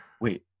Wait